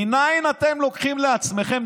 מנין אתם לוקחים לעצמכם,